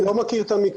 אני לא מכיר את המקרה.